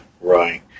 Right